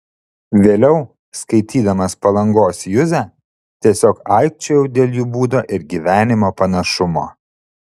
vėliau skaitydamas palangos juzę tiesiog aikčiojau dėl jų būdo ir gyvenimo panašumo